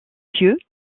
pieux